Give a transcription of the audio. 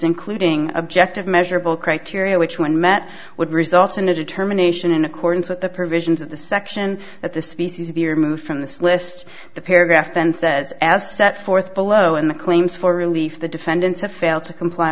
including objective measurable criteria which when met would result in a determination in accordance with the provisions of the section that the species be removed from this list the paragraph then says as set forth below in the claims for relief the defendants have failed to comply